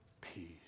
peace